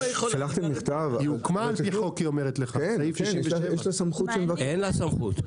היא אומרת לך שהיא הוקמה על פי חוק.